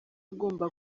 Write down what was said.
agomba